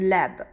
Lab